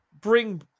bring